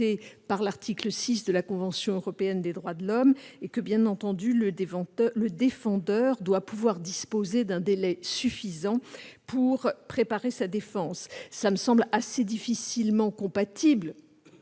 par l'article 6 de la Convention européenne des droits de l'homme. Bien entendu, le défendeur doit pouvoir disposer d'un délai suffisant pour préparer sa défense, ce qui me semble assez difficilement compatible